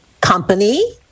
Company